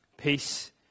Peace